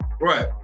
Right